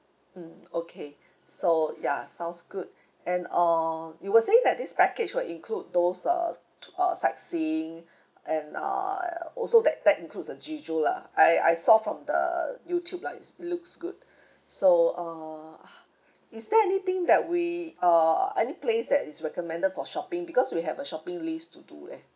mm okay so ya sounds good and uh you were saying that this package will include those uh uh sightseeing and uh also that that includes uh jeju lah I I saw from the YouTube lah it's looks good so uh is there anything that we uh any place that is recommended for shopping because we have a shopping list to do leh